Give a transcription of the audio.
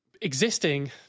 existing